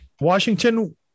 Washington